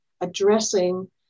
addressing